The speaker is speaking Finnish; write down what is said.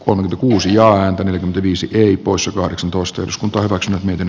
kun kuusi ja hän pysytteli poissa kahdeksan lusty uskon toivonkin niiden